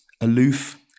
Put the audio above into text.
aloof